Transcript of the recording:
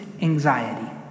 anxiety